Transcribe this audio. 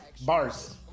bars